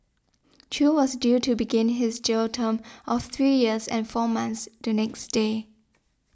chew was due to begin his jail term of three years and four months the next day